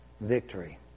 victory